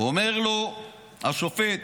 אומר לו, השופט: